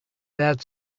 that